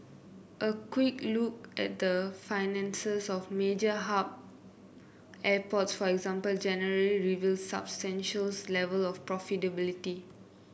a quick look at the finances of major hub airports for example generally reveals substantial level of profitability